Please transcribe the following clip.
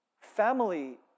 family